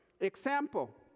Example